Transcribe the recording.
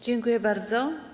Dziękuję bardzo.